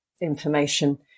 information